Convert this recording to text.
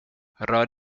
rör